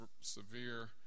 severe